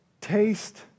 taste